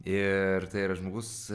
ir tai yra žmogus